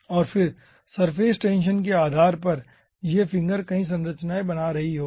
और फिर surface tension के आधार पर यह फिंगर कई संरचनायें बना रही होगी